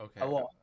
okay